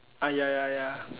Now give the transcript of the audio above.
I ya ya ya